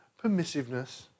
permissiveness